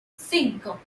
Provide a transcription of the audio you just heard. cinco